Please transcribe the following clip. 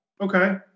Okay